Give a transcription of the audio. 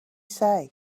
say